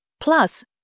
Plus